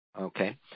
okay